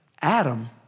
Adam